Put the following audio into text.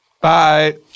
Bye